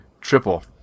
Triple